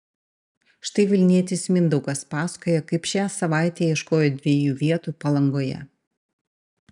štai vilnietis mindaugas pasakoja kaip šią savaitę ieškojo dviejų vietų palangoje